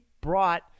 brought